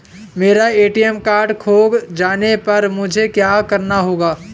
मेरा ATM card खो जाने पर मुझे क्या करना होगा?